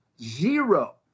Zero